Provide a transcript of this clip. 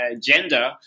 gender